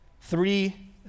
three